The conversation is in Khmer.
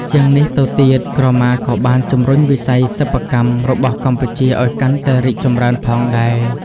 ជាងនេះទៅទៀត ក្រមាក៏បាន ជំរុញវិស័យសិប្បកម្ម របស់កម្ពុជាឲ្យកាន់តែរីកចម្រើនផងដែរ។